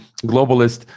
globalist